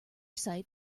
sight